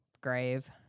grave